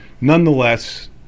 nonetheless